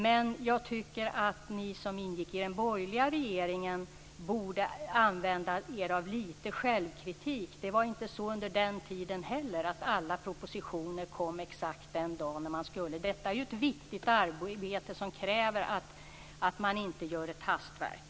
Men ni som ingick i den borgerliga regeringen borde använda er av litet självkritik. Inte alla propositioner under den tiden lades fram på exakta datum. Detta är ett viktigt arbete, och det kräver att det inte blir något hastverk.